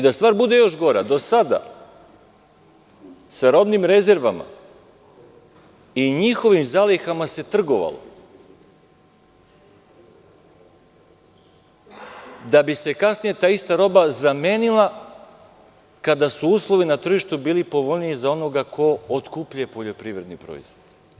Da stvar bude još gora, do sada sa robnim rezervama i njihovim zalihama se trgovalo da bi se kasnije ta ista roba zamenila kada su uslovi na tržištu bili povoljniji za onoga ko otkupljuje poljoprivredni proizvod.